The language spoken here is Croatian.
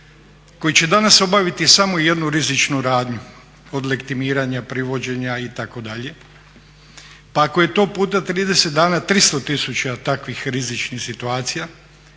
koji će danas obaviti samo jednu rizičnu radnju od legitimiranja, privođenja itd. pa ako je to puta 30 dana 300 tisuća takvih rizičnih situacija,